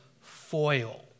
foil